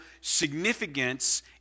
significance